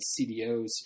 CDOs